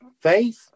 faith